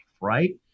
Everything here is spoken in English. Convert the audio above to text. Right